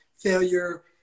failure